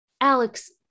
Alex